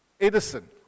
Edison